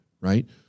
right